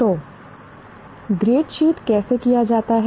तो grade sheet कैसे किया जाता है